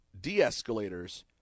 de-escalators